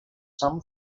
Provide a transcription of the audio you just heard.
some